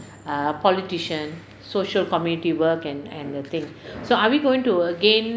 err politician social community work and and the thing so are we going to again